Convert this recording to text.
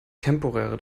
temporäre